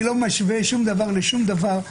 אני לא משווה שום דבר לשום דבר,